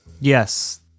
Yes